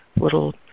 little